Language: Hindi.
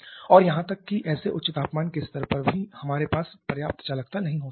और यहां तक कि ऐसे उच्च तापमान के स्तर पर भी हमारे पास पर्याप्त चालकता नहीं हो सकती है